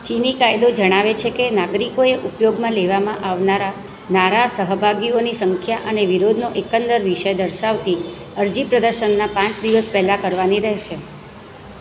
ચીની કાયદો જણાવે છે કે નાગરિકોએ ઉપયોગમાં લેવામાં આવનારા નારા સહભાગીઓની સંખ્યા અને વિરોધનો એકંદર વિષય દર્શાવતી અરજી પ્રદર્શનના પાંચ દિવસ પહેલાં કરવાની રહેશે